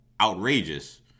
outrageous